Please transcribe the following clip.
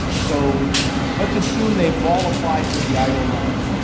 so let's assume they've all applied for the eitl loan.